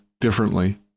differently